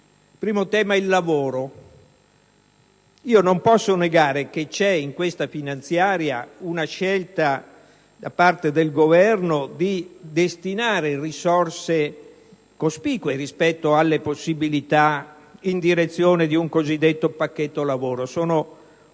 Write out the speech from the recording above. riguarda il lavoro, non posso negare che in questa finanziaria c'è la scelta da parte del Governo di destinare risorse cospicue, rispetto alle possibilità, in direzione di un cosiddetto pacchetto lavoro. Si tratta